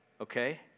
Okay